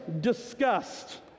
Disgust